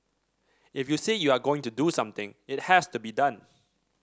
if you say you are going to do something it has to be done